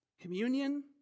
communion